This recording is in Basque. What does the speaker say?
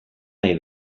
nahi